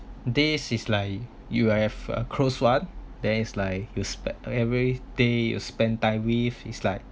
then is is like you have a close one then is like you spend every day you spend time with is like